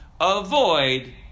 avoid